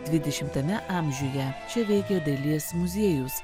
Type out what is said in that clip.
dvidešimtame amžiuje čia veikė dailės muziejus